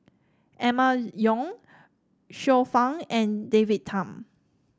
Emma Yong Xiu Fang and David Tham